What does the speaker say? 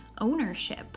ownership